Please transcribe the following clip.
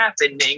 happening